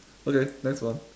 okay next one